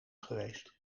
geweest